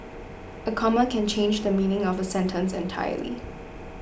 a comma can change the meaning of a sentence entirely